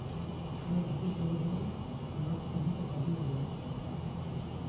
ᱟᱨ ᱟᱹᱰᱤ ᱵᱷᱟ ᱞᱤ ᱵᱷᱟ ᱞᱤ ᱱᱟᱨᱥ ᱠᱚᱦᱚᱸ ᱠᱚ ᱛᱟᱦᱮᱱ ᱜᱮᱭᱟ